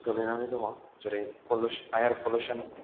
गोग्लैनानै दं जेरै फुलुसन एयार फुलुसन